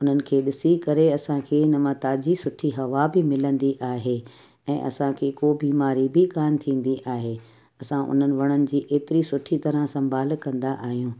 उन्हनि खे ॾिसी करे असांखे इनमां ताज़ी सुठी हवा बि मिलंदी आहे ऐं असांखे को बीमारी बि कोन्ह थींदी आहे असां उन्हनि वणनि जी एतिरी सुठी तरहं संभालु कंदा आहियूं